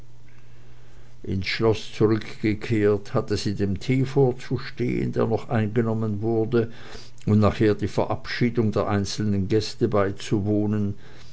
ins schloß zurückgekehrt hatte sie dem tee vorzustehen der noch eingenommen wurde und nachher der verabschiedung der einzelnen gäste beizuwohnen